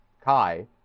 Kai